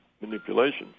manipulation